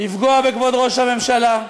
לפגוע בכבוד ראש הממשלה,